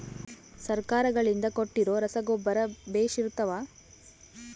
ಸರ್ಕಾರಗಳಿಂದ ಕೊಟ್ಟಿರೊ ರಸಗೊಬ್ಬರ ಬೇಷ್ ಇರುತ್ತವಾ?